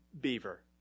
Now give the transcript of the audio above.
Beaver